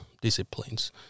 disciplines